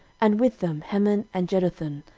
and with them heman and jeduthun,